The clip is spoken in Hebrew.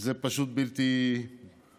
זה פשוט בלתי יתואר.